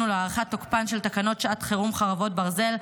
ולהארכת תוקפן של תקנות שעת חירום (חרבות ברזל)